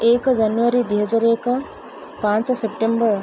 ଏକ ଜାନୁଆରୀ ଦୁଇହଜାର ଏକ ପାଞ୍ଚ ସେପ୍ଟେମ୍ବର